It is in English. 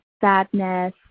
sadness